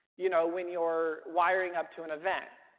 you know when you're wiring up to an event.